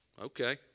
Okay